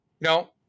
No